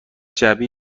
جعبه